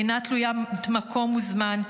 היא אינה תלוית מקום או זמן.